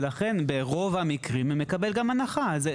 ולכן,